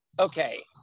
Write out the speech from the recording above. okay